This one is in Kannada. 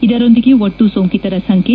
ಇದರೊಂದಿಗೆ ಒಟ್ಟು ಸೋಂಕಿತರ ಸಂಖ್ಯೆ